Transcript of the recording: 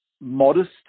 modest